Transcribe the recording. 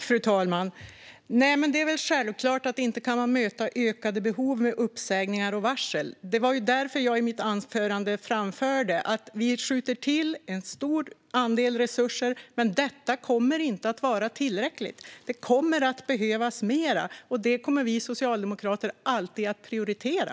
Fru talman! Det är väl självklart att man inte kan möta ökade behov med uppsägningar och varsel. Det var ju därför jag i mitt anförande framförde att vi skjuter till stora resurser, men detta kommer inte att vara tillräckligt. Det kommer att behövas mer, och det kommer vi socialdemokrater alltid att prioritera.